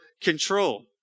control